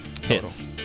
Hits